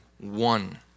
one